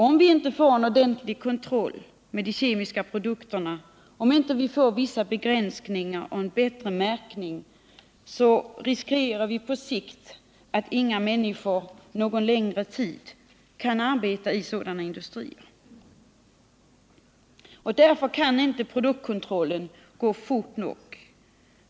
Om vi inte får en ordentlig kontroll av de kemiska produkterna, om vi inte får vissa begränsningar och en bättre märkning, så riskerar vi på sikt att inga människor under någon längre tid kan arbeta i sådana industrier. Därför kan inte produktkontrollen gå fort nog.